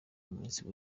musi